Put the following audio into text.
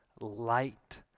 light